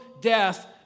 death